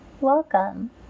welcome